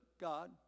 God